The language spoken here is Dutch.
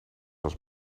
was